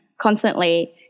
constantly